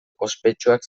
ospetsuak